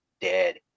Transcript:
dead